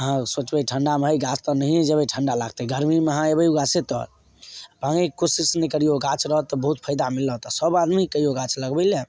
अहाँ सोचबै ठंडामे गाछ तर नहिए जयबै ठंडा लागतै गरमीमे अहाँ एबै अहाँ गाछे तर पांगैके कोशिश नहि करिऔ गाछ रहत तऽ बहुत फायदा मिलत सब आदमीके कहियौ गाछ लगबै लऽ